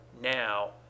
now